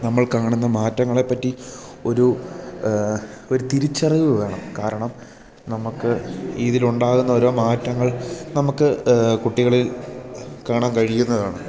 നമ്മൾ കാണുന്ന മാറ്റങ്ങളെപ്പറ്റി ഒരു ഒരു തിരിച്ചറിവ് വേണം കാരണം നമുക്ക് ഇതിലുണ്ടാകുന്ന ഓരോ മാറ്റങ്ങൾ നമുക്ക് കുട്ടികളിൽ കാണാൻ കഴിയുന്നതാണ്